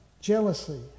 Jealousy